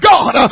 God